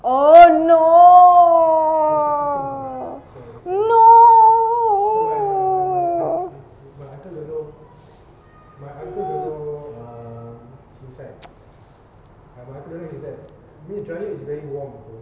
oh no no no